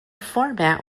format